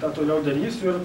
tą toliau darysiu ir